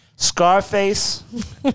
Scarface